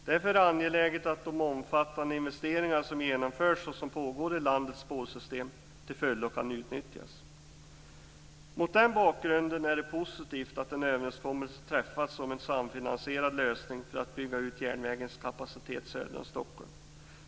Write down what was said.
Därför är det angeläget att de omfattande investeringar som genomförs och som pågår i landets spårsystem till fullo kan utnyttjas. Mot den bakgrunden är det positivt att en överenskommelse träffas om en samfinansierad lösning för att bygga ut järnvägens kapacitet söder om Stockholm.